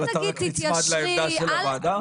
אבל אתה נצמד לעמדה של הוועדה?